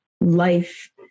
life